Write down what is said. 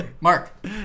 Mark